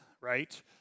right